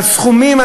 על סכומים,